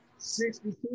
62